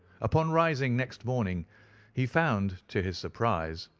upon rising next morning he found, to his surprise,